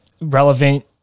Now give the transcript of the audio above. relevant